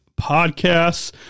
podcasts